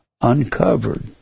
uncovered